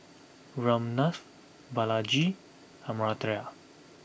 Ramnath Balaji Amartya